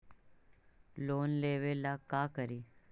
Loan लेबे ला का करि?